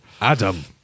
Adam